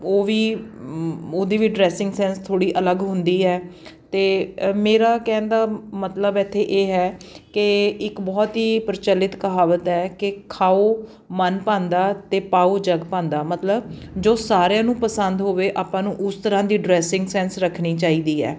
ਉਹ ਵੀ ਉਹਦੀ ਵੀ ਡਰੈਸਿੰਗ ਸੈਂਸ ਥੋੜ੍ਹੀ ਅਲੱਗ ਹੁੰਦੀ ਹੈ ਅਤੇ ਮੇਰਾ ਕਹਿਣ ਦਾ ਮਤਲਬ ਇੱਥੇ ਇਹ ਹੈ ਕਿ ਇੱਕ ਬਹੁਤ ਹੀ ਪ੍ਰਚਲਿਤ ਕਹਾਵਤ ਹੈ ਕਿ ਖਾਉ ਮਨ ਭਾਉਂਦਾ ਅਤੇ ਪਾਉ ਜਗ ਭਾਉਂਦਾ ਮਤਲਬ ਜੋ ਸਾਰਿਆਂ ਨੂੰ ਪਸੰਦ ਹੋਵੇ ਆਪਾਂ ਨੂੰ ਉਸ ਤਰ੍ਹਾਂ ਦੀ ਡਰੈਸਿੰਗ ਸੈਂਸ ਰੱਖਣੀ ਚਾਹੀਦੀ ਹੈ